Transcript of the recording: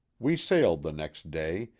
we sailed the next day,